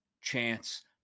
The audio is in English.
chance